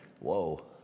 Whoa